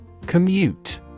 Commute